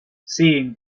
seeing